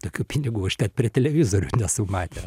tokių pinigų aš net per televizorių nesu matęs